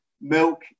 milk